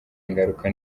ngaruka